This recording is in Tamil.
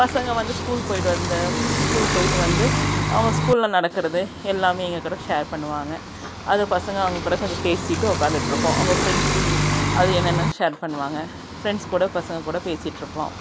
பசங்கள் வந்து ஸ்கூல் போய்விட்டு வந்த ஸ்கூல் போய்விட்டு வந்து அவங்க ஸ்கூலில் நடக்கிறது எல்லாமே எங்கள் கூட ஷேர் பண்ணுவாங்க அது பசங்கள் அவங்க கூட கொஞ்சம் பேசிவிட்டு உக்காந்துட்ருப்போம் அவங்க ஃப்ரெண்ட்ஸு அது என்னென்னன் ஷேர் பண்ணுவாங்க ஃப்ரெண்ட்ஸ் கூட பசங்கள் கூட பேசிகிட்ருப்போம்